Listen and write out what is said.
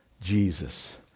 Jesus